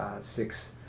Six